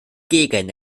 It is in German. gegen